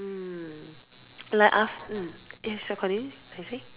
mm like af~ mm eh so continue you say